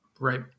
Right